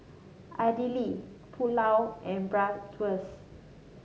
Idili Pulao and Bratwurst